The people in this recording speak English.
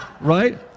Right